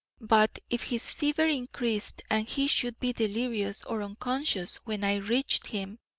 but if his fever increased and he should be delirious or unconscious when i reached him,